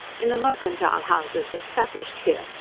in the mercantile houses established here,